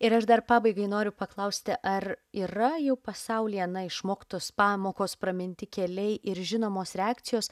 ir aš dar pabaigai noriu paklausti ar yra jau pasaulyje na išmoktos pamokos praminti keliai ir žinomos reakcijos